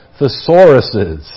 thesauruses